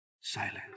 Silence